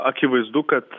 akivaizdu kad